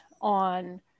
on